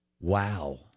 Wow